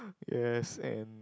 yes and